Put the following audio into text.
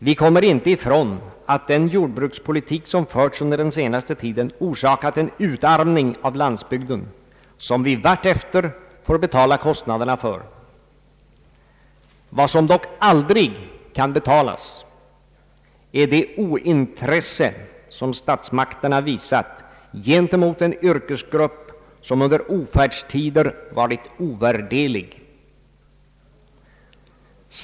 Vi kommer inte ifrån att den jordbrukspolitik som förts under den senaste tiden orsakat en utarmning av landsbygden som vi får betala kostnaderna för. Vad som dock aldrig kan betalas är det ointresse som statsmakterna visat gentemot en yrkesgrupp som under ofärdstider varit ovärderlig.